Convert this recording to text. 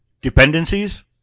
dependencies